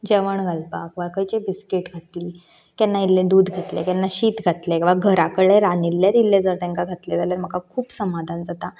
जेवण घालपाक वा खंयचीय बिस्कीट घातली केन्नाय इल्लें दूध घातलें केन्नाय शीत घातलें किंवा घरा कडलें रांदिल्लेच इल्ले जर तेंका घातलें जाल्यार म्हाका खूब समाधान जाता